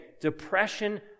depression